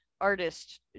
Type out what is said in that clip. artist